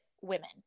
women